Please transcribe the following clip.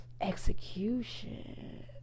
execution